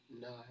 No